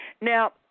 Now